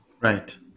Right